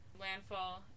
Landfall